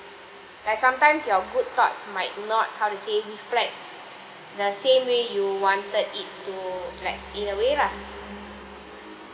like sometimes your good thoughts might not how to say reflect the same way you wanted it to like in a way lah